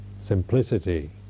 Simplicity